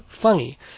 funny